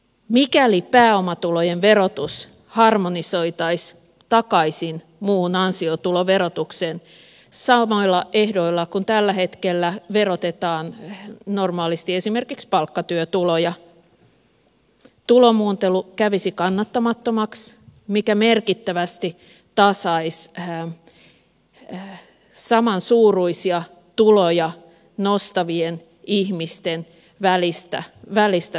mikäli pääomatulojen verotus harmonisoitaisiin takaisin muuhun ansiotuloverotukseen samoilla ehdoilla kuin tällä hetkellä verotetaan normaalisti esimerkiksi palkkatyötuloja tulomuuntelu kävisi kannattamattomaksi mikä merkittävästi tasaisi samansuuruisia tuloja nostavien ihmisten välistä verohaitaria